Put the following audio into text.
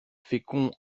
fécond